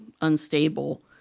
unstable